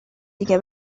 دیگه